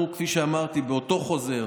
כפי שאמרתי באותו חוזר,